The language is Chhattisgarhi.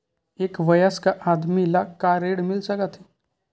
एक वयस्क आदमी ला का ऋण मिल सकथे?